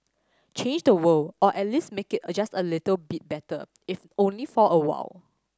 change the world or at least make it adjust a little bit better if only for a while